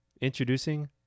Introducing